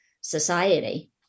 society